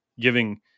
giving